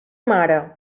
mare